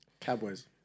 Cowboys